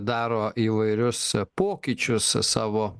daro įvairius pokyčius savo